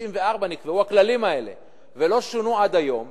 וב-1994 נקבעו הכללים האלה ולא שונו עד היום,